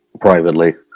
privately